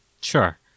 Sure